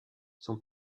son